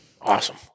Awesome